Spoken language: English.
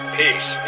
peace